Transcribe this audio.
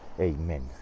Amen